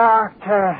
Doctor